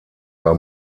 bei